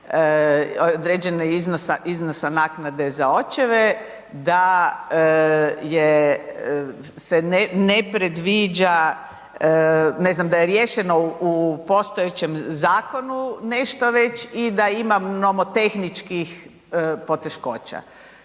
određenih iznosa naknade za očeve, da se ne predviđa, ne znam, da je riješeno u postojećem zakonu nešto već i da ima nomotehničkim poteškoća.